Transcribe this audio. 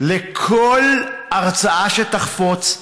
לכל הרצאה שתחפוץ,